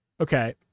Okay